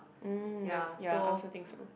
mm that's ya I also think so